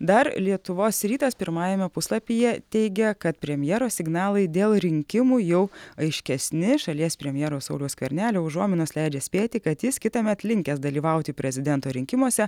dar lietuvos rytas pirmajame puslapyje teigia kad premjero signalai dėl rinkimų jau aiškesni šalies premjero sauliaus skvernelio užuominos leidžia spėti kad jis kitąmet linkęs dalyvauti prezidento rinkimuose